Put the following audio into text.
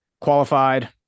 qualified